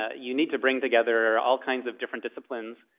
ah you need to bring together all kinds of different disciplines.